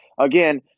again